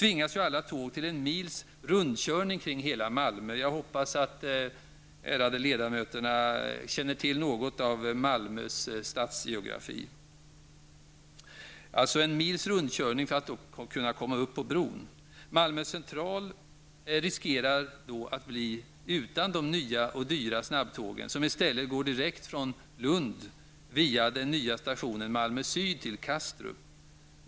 till en mils rundkörning kring hela Malmö för att komma upp på bron. Jag hoppas att kammarens ärade ledamöter känner till något om Malmös stadsgeografi. Malmö central riskerar då att bli utan de nya och dyra snabbtågen, som i stället går direkt från Lund via den nya stationen Malmö Syd och Kastrup.